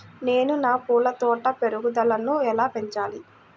నేను నా పూల తోట పెరుగుదలను ఎలా పెంచాలి?